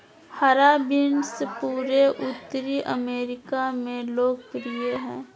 हरा बीन्स पूरे उत्तरी अमेरिका में लोकप्रिय हइ